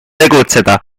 tegutseda